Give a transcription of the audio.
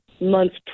months